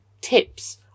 tips